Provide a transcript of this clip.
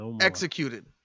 executed